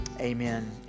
Amen